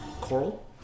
coral